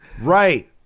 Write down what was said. right